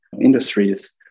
industries